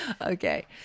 Okay